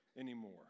anymore